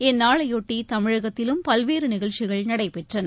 இந்நாளையொட்டிதமிழகத்திலும் பல்வேறுநிகழ்ச்சிகள் நடைபெற்றன